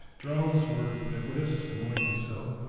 drones were ubiquitous, annoyingly so,